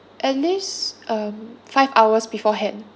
at least um five hours beforehand